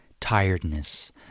Tiredness